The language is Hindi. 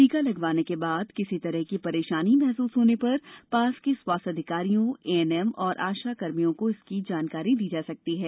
टीका लगवाने के बाद किसी तरह की परेशानी महसूस होने पर समीप के स्वास्थ्य अधिकारियों एएनएम और आशाकर्मियों को इसकी जानकारी दी जा सकती है